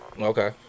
Okay